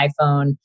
iPhone